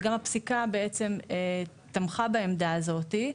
וגם הפסיקה בעצם תמכה בעמדה הזאת.